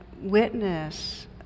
witness